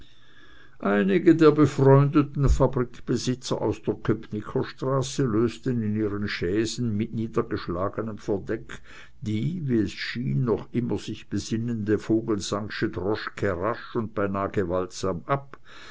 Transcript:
einige der befreundeten fabrikbesitzer aus der köpnicker straße lösten in ihren chaisen mit niedergeschlagenem verdeck die wie es schien noch immer sich besinnende vogelsangsche droschke rasch und beinahe gewaltsam ab